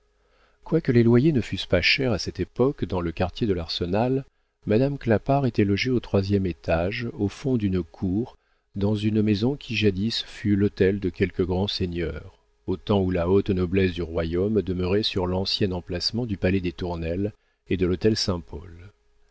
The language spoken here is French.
quoique les loyers ne fussent pas chers à cette époque dans le quartier de l'arsenal madame clapart était logée au troisième étage au fond d'une cour dans une maison qui jadis fut l'hôtel de quelque grand seigneur au temps où la haute noblesse du royaume demeurait sur l'ancien emplacement du palais des tournelles et de l'hôtel saint-paul